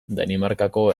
danimarkako